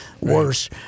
worse